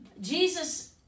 Jesus